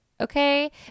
okay